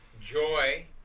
joy